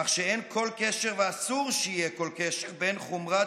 כך שאין כל קשר ואסור שיהיה כל קשר בין חומרת